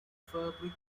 fabric